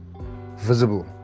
visible